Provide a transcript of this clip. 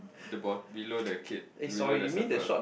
the boy below the kid below the surfer